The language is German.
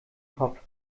kopf